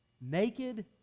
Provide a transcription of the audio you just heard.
naked